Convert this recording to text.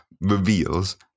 reveals